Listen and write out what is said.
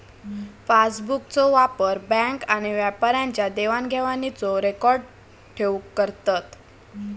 पासबुकचो वापर बॅन्क आणि व्यापाऱ्यांच्या देवाण घेवाणीचो रेकॉर्ड ठेऊक करतत